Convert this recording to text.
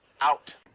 Out